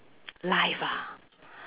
life ah